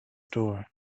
door